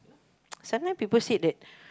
sometime people said that